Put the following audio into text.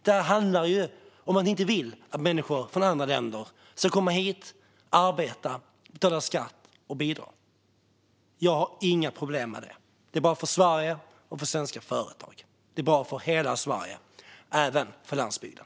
Det handlar om att ni inte vill att människor från andra länder ska komma hit och arbeta, betala skatt och bidra. Jag har inga problem med det. Det är bra för Sverige och för svenska företag. Det är bra för hela Sverige, även för landsbygden.